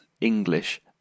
English